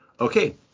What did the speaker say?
okay